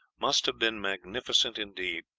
must have been magnificent indeed.